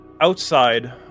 Outside